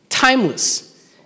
Timeless